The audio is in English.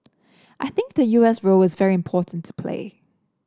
I think the U S role is very important to play